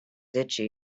itchy